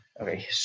Okay